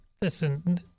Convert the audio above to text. Listen